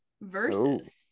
versus